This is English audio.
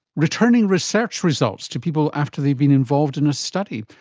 returning research results to people after they've been involved in a study.